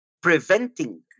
preventing